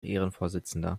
ehrenvorsitzender